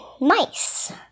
mice